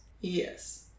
Yes